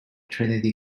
trinity